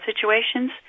situations